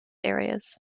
areas